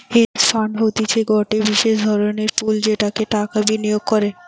hedge fund হতিছে গটে বিশেষ ধরণের পুল যেটাতে টাকা বিনিয়োগ করে